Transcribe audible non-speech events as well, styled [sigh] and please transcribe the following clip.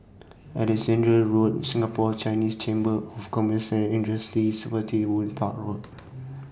Alexandra Road Singapore Chinese Chamber of Commerce Industry Spottiswoode Park Road [noise]